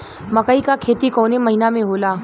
मकई क खेती कवने महीना में होला?